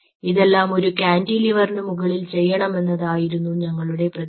ഇതെല്ലാം ഒരു കാന്റിലിവറിനു മുകളിൽ ചെയ്യണമെന്നതായിരുന്നു ഞങ്ങളുടെ പ്രതീക്ഷ